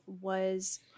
was-